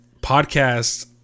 podcast